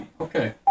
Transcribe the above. Okay